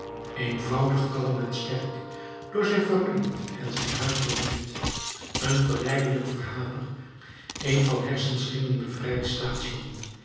eenvoudig kalm en sterk door zijn familie en zijn huis bemind een verleidelijk verhaler een van hersenschimmen bevrijd